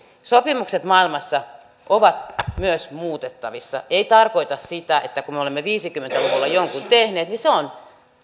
sopimukset maailmassa ovat myös muutettavissa ei tarkoita sitä että kun me olemme viisikymmentä luvulla jonkun tehneet niin se on